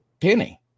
penny